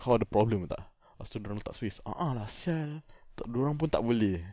kau ada problem tak lepas tu dia orang letak space a'ah lah sia dia orang pun tak boleh